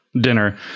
dinner